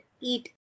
eat